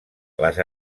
les